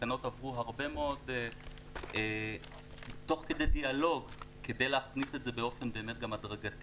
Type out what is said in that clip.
התקנות עברו תוך כדי דיאלוג כדי להכניס את זה באופן הדרגתי,